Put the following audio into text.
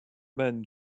men